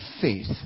Faith